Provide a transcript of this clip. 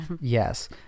yes